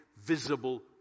visible